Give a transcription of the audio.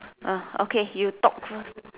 oh okay you talk first